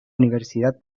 universidad